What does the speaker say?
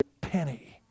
Penny